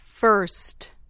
First